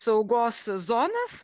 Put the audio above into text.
saugos zonas